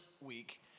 week